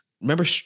remember